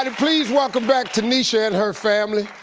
and please welcome back tanisha and her family.